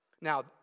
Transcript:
Now